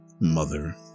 Mother